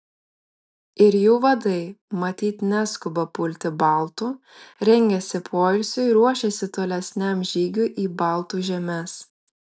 ir jų vadai matyt neskuba pulti baltų rengiasi poilsiui ruošiasi tolesniam žygiui į baltų žemes